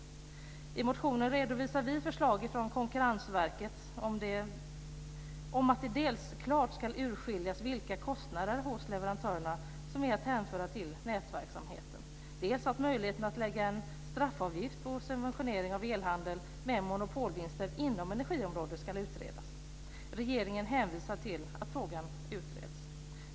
I motionen redovisar vi förslag från Konkurrensverket om att det dels klart ska urskiljas vilka kostnader hos leverantörerna som är att hänföra till nätverksamheten, dels ska utredas om det finns möjlighet att lägga en straffavgift på subventionering av elhandel med monopolvinster inom energiområdet. Regeringen hänvisar till att frågan utreds.